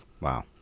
Wow